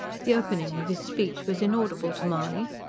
the opening of his speech was inaudible to mahony.